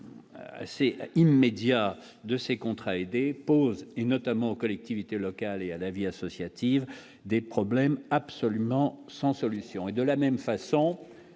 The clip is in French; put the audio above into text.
assez immédiat de ces contrats aidés, et notamment aux collectivités locales et à la vie associative, des problèmes absolument sans solution et de la même façon,